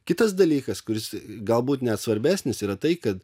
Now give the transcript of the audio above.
kitas dalykas kuris galbūt net svarbesnis yra tai kad